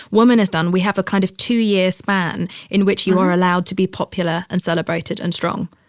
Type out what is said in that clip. woman has done. we have a kind of two year span in which you are allowed to be popular and celebrated and strong.